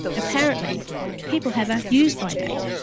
apparently people have a use-by date,